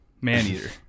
Maneater